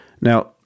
Now